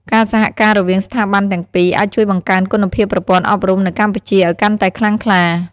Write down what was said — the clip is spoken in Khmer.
ការសហការរវាងស្ថាប័នទាំងពីរ អាចជួយបង្កើនគុណភាពប្រព័ន្ធអប់រំនៅកម្ពុជាឲ្យកាន់តែខ្លាំងក្លា។